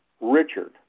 Richard